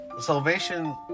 salvation